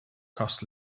cost